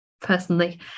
personally